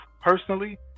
personally